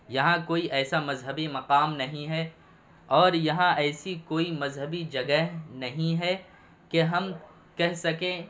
یہاں کوئی ایسا مذہبی مقام نہیں ہے اور یہاں ایسی کوئی مذہبی جگہ نہیں ہے کہ ہم کہہ سکیں